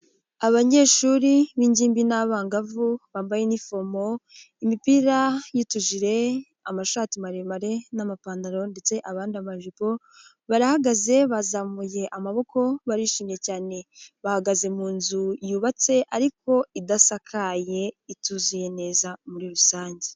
Abanyeshuri b'ingimbi n'abangavu bambaye n'inifomo, imipira y'utujijere, amashati maremare n'amapantaro ndetse abandi amajipo, barahagaze bazamuye amaboko barishimye cyane, bahagaze mu nzu yubatse ariko idasakaye ituzuye neza muri rusange.